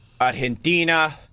Argentina